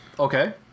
Okay